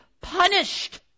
punished